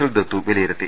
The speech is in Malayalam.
എൽ ദത്തു വിലയിരുത്തി